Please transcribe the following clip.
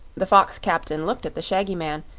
the fox-captain looked at the shaggy man,